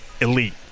elite